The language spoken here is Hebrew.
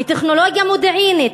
בטכנולוגיה מודיעינית,